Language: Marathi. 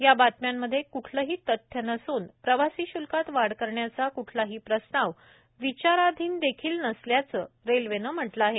या बातम्यांमध्ये क्ठलंही तथ्य नसून प्रवासी शूल्कात वाढ करण्याचा क्ठलाही प्रस्ताव विचाराधीन देखील नसल्याचं रेल्वेनं म्हटलं आहे